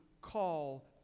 call